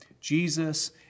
Jesus